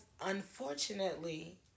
unfortunately